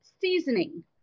seasoning